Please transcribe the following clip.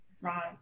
Right